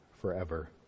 forever